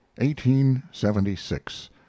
1876